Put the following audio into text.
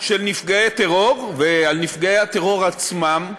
של נפגעי טרור, ועל נפגעי הטרור עצמם,